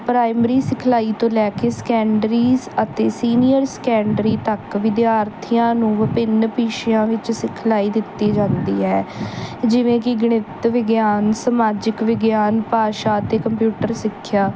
primary ਸਿਖਲਾਈ ਤੋਂ ਲੈ ਕੇ ਸਕੈਂਡਰੀਜ ਅਤੇ ਸੀਨੀਅਰ ਸੈਕੈਂਡਰੀ ਤੱਕ ਵਿਦਿਆਰਥੀਆਂ ਨੂੰ ਵਿਭਿੰਨ ਵਿਸ਼ਿਆਂ ਵਿੱਚ ਸਿਖਲਾਈ ਦਿੱਤੀ ਜਾਂਦੀ ਹੈ ਜਿਵੇਂ ਕਿ ਗਣਿਤ ਵਿਗਿਆਨ ਸਮਾਜਿਕ ਵਿਗਿਆਨ ਭਾਸ਼ਾ ਅਤੇ ਕੰਪਿਊਟਰ ਸਿੱਖਿਆ